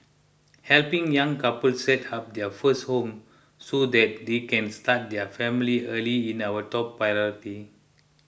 helping young couples set up their first home so that they can start their family early is our top priority